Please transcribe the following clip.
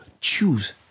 choose